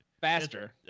faster